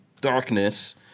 darkness